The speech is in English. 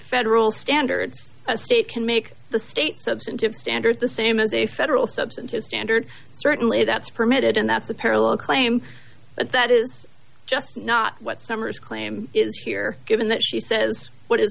federal standards state can make the state substantive standards the same as a federal substantive standard certainly that's permitted and that's a parallel claim but that is just not what summers claim is here given that she says what is